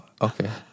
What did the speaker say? Okay